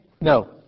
No